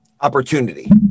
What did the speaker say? Opportunity